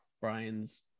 Brian's